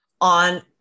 on